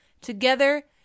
Together